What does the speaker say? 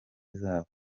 zabo